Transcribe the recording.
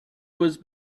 was